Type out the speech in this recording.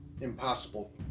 Impossible